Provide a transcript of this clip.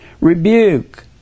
rebuke